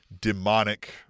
demonic